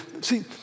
See